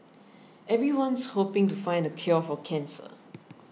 everyone's hoping to find the cure for cancer